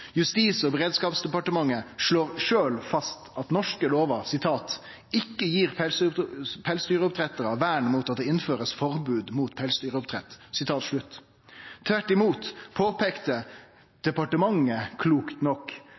Justis- og beredskapsdepartementet slår sjølv fast at norske lovar «ikke gir pelsdyroppdrettere vern mot at det innføres forbod mot pelsdyroppdrett». Tvert imot påpeikte departementet klokt nok